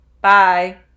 Bye